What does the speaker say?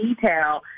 detail